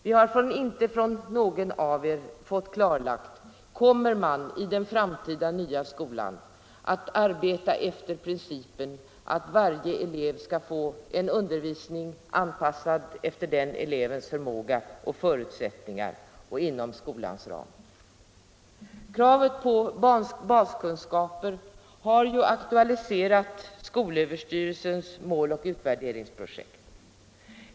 Vi har inte från någon av er fått klarlagt om man i den framtida skolan kommer att arbeta efter principen att varje elev skall få en undervisning, anpassad efter den elevens förmåga och förutsättningar och inom skolans ram. Kraven på baskunskaper har ju aktualiserat skolöverstyrelsens måloch utvärderingsprojekt.